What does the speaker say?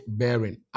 bearing